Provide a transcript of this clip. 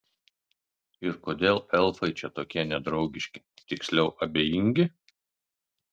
ir kodėl elfai čia tokie nedraugiški tiksliau abejingi